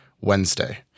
Wednesday